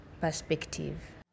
perspective